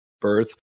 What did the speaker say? birth